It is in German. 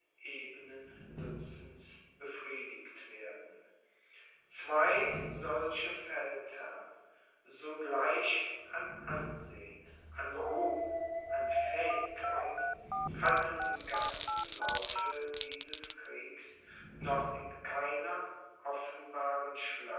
ebenen lützens befriedigt werden zwei solche feldherrn so gleich an ansehen an ruhm und an fähigkeit hatten im ganzen laufe dieses kriegs noch in keiner offenbaren